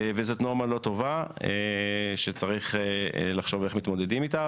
וזאת נורמה לא טובה שצריך לחשוב איך מתמודדים איתה.